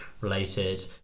related